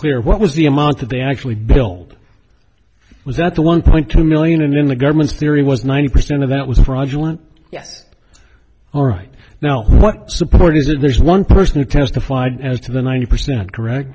clear what was the amount that they actually built was that the one point two million and then the government's theory was ninety percent of that was fraudulent yes all right now what support is that there's one person who testified as to the ninety percent correct